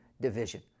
division